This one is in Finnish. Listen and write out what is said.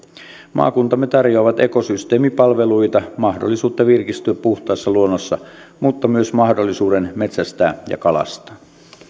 maakuntamme tarjoavat ekosysteemipalveluita mahdollisuutta virkistyä puhtaassa luonnossa mutta myös mahdollisuuden metsästää ja kalastaa